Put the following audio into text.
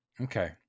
Okay